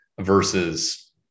versus